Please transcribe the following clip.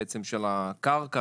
של הקרקע,